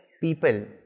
people